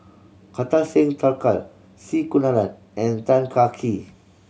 Kartar Singh Thakral C Kunalan and Tan Kah Kee